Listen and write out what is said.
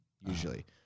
usually